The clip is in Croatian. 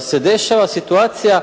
se dešava situacija